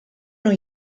new